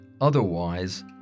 Otherwise